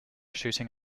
shooting